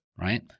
right